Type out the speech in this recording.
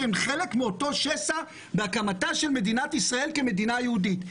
שהן חלק מאותו שסע בהקמתה של מדינת ישראל כמדינה יהודית.